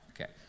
Okay